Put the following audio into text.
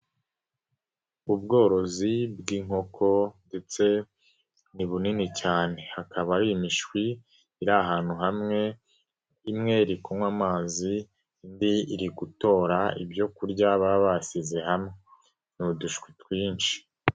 Ubworozi bw'inkoko ndetse ni bunini cyane hakaba ari imishwi iri ahantu hamwe, imwe ri kunywa amazi indi iri gutora ibyo kurya baba basize hamwe, ni udushwi twinshi.